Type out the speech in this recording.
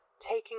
Taking